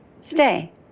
Stay